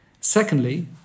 Secondly